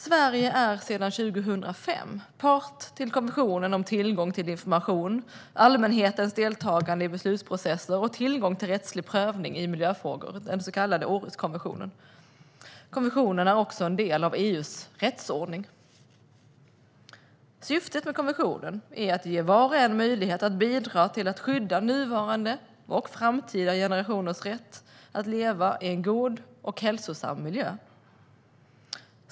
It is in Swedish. Sverige är sedan 2005 part till konventionen om tillgång till information, allmänhetens deltagande i beslutsprocesser och tillgång till rättslig prövning i miljöfrågor, den så kallade Århuskonventionen. Konventionen är också en del av EU:s rättsordning. Syftet med konventionen är att ge var och en möjlighet att bidra till att skydda nuvarande och framtida generationers rätt att leva i en god och hälsosam miljö.